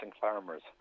farmers